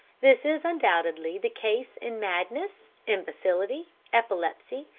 this is undoubtedly the case in madness, imbecility, epilepsy,